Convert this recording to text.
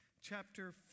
chapter